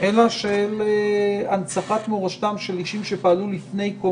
אלא בהנצחת מורשתם של אישים שפעלו לפני קום